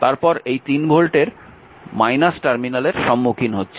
তারপর এই 3 ভোল্টের টার্মিনালের সম্মুখীন হচ্ছে